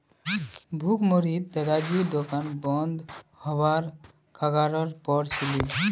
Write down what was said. भुखमरीत दादाजीर दुकान बंद हबार कगारेर पर छिले